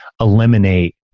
eliminate